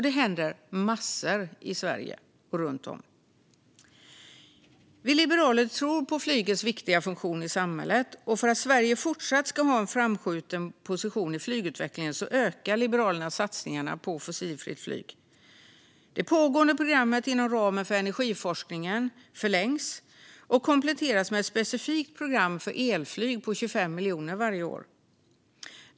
Det händer alltså massor runt om i Sverige! Vi liberaler tror på flygets viktiga funktion i samhället, och för att Sverige fortsatt ska ha en framskjuten position i flygutvecklingen ökar Liberalerna satsningarna på fossilfritt flyg. Det pågående programmet inom ramen för energiforskningen förlängs och kompletteras med ett specifikt program för elflyg på 25 miljoner varje år.